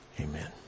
Amen